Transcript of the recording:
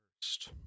first